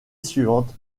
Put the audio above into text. suivante